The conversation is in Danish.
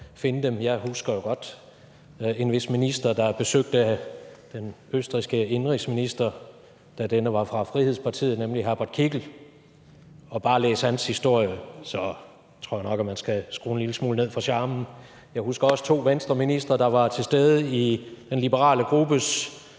finde dem. Jeg husker jo godt en vis minister, der besøgte den østrigske indenrigsminister, da denne var fra Frihedspartiet, nemlig Herbert Kickl. Bare læs hans historie, så tror jeg nok, man skal skrue en lille smule ned for charmen. Jeg husker også to Venstreministre, der var til stede i Den Liberale Gruppes